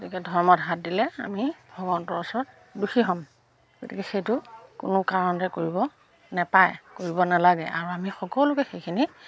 গতিকে ধৰ্মৰ হাত দিলে আমি ভগৱন্তৰ ওচৰত দুখী হ'ম গতিকে সেইটো কোনো কাৰণতে কৰিব নেপায় কৰিব নেলাগে আৰু আমি সকলোকে সেইখিনি